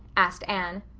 asked anne.